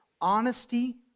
honesty